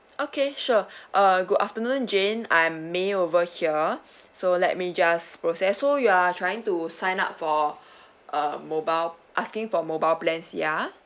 okay sure uh good afternoon jane I'm may over here so let me just process so you are trying to sign up for uh mobile asking for mobile plans ya